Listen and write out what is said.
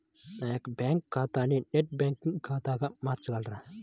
నా యొక్క బ్యాంకు ఖాతాని నెట్ బ్యాంకింగ్ ఖాతాగా మార్చగలరా?